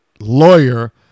lawyer